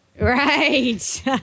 Right